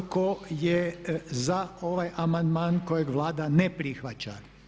Tko je za ovaj amandman kojeg Vlada ne prihvaća?